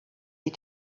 die